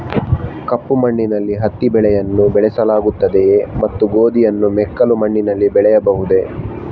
ಕಪ್ಪು ಮಣ್ಣಿನಲ್ಲಿ ಹತ್ತಿ ಬೆಳೆಯನ್ನು ಬೆಳೆಸಲಾಗುತ್ತದೆಯೇ ಮತ್ತು ಗೋಧಿಯನ್ನು ಮೆಕ್ಕಲು ಮಣ್ಣಿನಲ್ಲಿ ಬೆಳೆಯಬಹುದೇ?